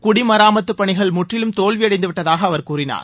குடிமராமத்து பணிகள் முற்றிலும் தோல்வி அடைந்துவிட்டதாக அவர் கூறினார்